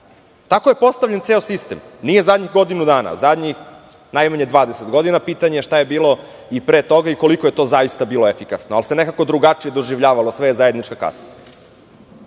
Tako je postavljen ceo sistem, nije zadnjih godinu dana, zadnjih najmanje 20 godina. Pitanje je šta je bilo i pre toga i koliko je to zaista bilo efikasno, ali se nekako drugačije doživljavalo, sve je zajednička kasa. Moje